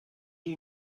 you